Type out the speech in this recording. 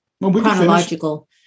chronological